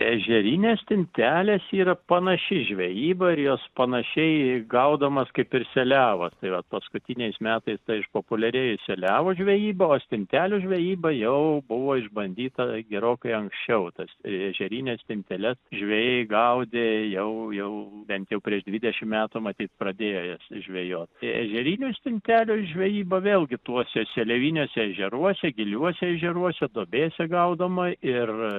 ežerinės stintelės yra panaši žvejyba ir jos panašiai gaudomos kaip ir seliavos tai vat paskutiniais metais ta išpopuliarėjo seliavų žvejyba o stintelių žvejyba jau buvo išbandyta gerokai anksčiau tas ežerines stinteles žvejai gaudė jau jau bent jau prieš dvidešim metų matyt pradėjo jas žvejot tai ežerinių stintelių žvejyba vėlgi tuose seliaviniuose ežeruose giliuose ežeruose duobėse gaudoma ir